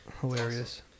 hilarious